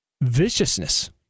viciousness